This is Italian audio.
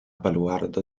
baluardo